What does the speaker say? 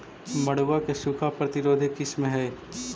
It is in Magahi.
मड़ुआ के सूखा प्रतिरोधी किस्म हई?